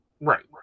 Right